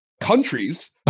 countries